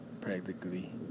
practically